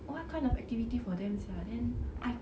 what kind of activity for them sia then I